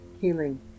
healing